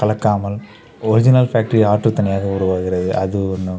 கலக்காமல் original factory உருவாகிறது அது ஒன்று